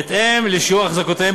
בהתאם לשיעור החזקותיהם,